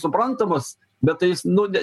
suprantamas bet tai jis nu ne